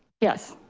yes.